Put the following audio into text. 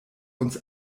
uns